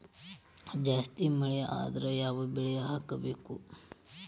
ಜಾಸ್ತಿ ಮಳಿ ಆದ್ರ ಯಾವ ಬೆಳಿ ಹಾಕಬೇಕು?